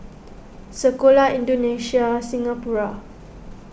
Sekolah Indonesia Singapura